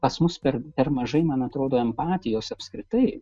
pas mus per per mažai man atrodo empatijos apskritai